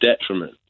detriment